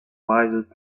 wisest